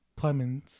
Plemons